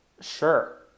Sure